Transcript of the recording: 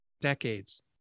decades